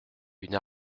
une